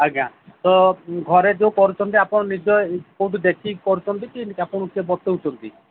ଆଜ୍ଞା ତ ଘରେ ଯୋଉ କରୁଛନ୍ତି ଆପଣ ନିଜେ କୋଉଠି ଦେଖିକି କରୁଛନ୍ତି କି ଆପଣଙ୍କୁ କିଏ ବତଉଛନ୍ତି